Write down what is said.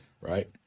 Right